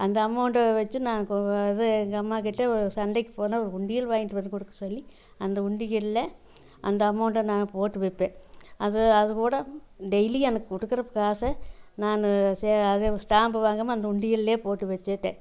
அந்த அமௌண்ட் வச்சு நான் இது எங்கள் அம்மாகிட்ட சந்தைக்கு போனால் உண்டியல் வாங்கிட்டு வந்து கொடுக்க சொல்லி அந்த உண்டியல்ல அந்த அமௌண்ட்டை நான் போட்டு வைப்பேன் அது அது கூட டெய்லி எனக்கு கொடுக்குற காசை நான் அது ஸ்டாம்ப் வாங்காமல் அந்த உண்டியல்லே போட்டு வச்சிட்டேன்